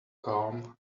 calm